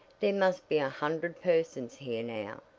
there must be a hundred persons here now,